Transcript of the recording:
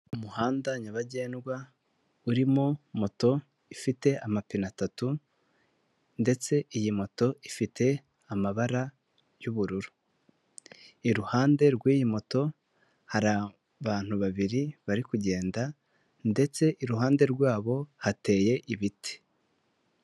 Umuhanda nyabagendwa urimo moto ifite amapine atatu, ndetse iyi moto ifite amabara yubururu. Iruhande rw'iyi moto hari abantu babiri bari kugenda, ndetse iruhande rwabo hateye ibiti.